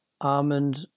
almond –